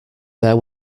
there